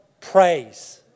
praise